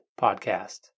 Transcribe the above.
podcast